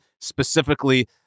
specifically